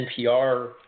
NPR